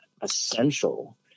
essential